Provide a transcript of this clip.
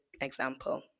example